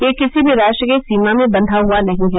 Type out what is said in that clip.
यह किसी भी राष्ट्र की सीमा में बंघा हुआ नहीं है